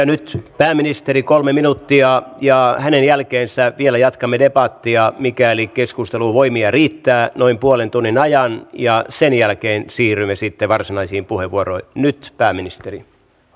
nyt pääministeri kolme minuuttia ja hänen jälkeensä vielä jatkamme debattia mikäli keskusteluvoimia riittää noin puolen tunnin ajan ja sen jälkeen siirrymme sitten varsinaisiin puheenvuoroihin nyt pääministeri arvoisa